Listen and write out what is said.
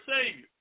Savior